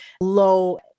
low